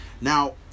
Now